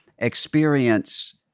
experience